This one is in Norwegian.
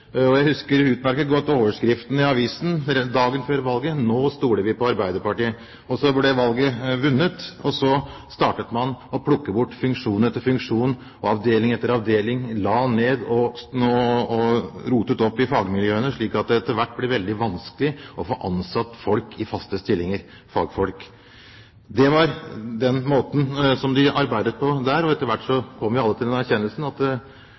Jeg husker utmerket godt overskriften i avisen dagen før valget: Nå stoler vi på Arbeiderpartiet. Så ble valget vunnet, og så startet man med å plukke bort funksjon etter funksjon, avdeling etter avdeling, la ned og rotet opp i fagmiljøene, slik at det etter hvert ble veldig vanskelig å få ansatt fagfolk i faste stillinger. Det var den måten de arbeidet på der. Etter hvert kom alle til den erkjennelsen at